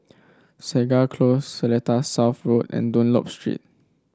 Segar Close Seletar South Road and Dunlop Street